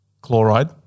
chloride